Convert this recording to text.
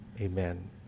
Amen